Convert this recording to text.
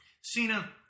Cena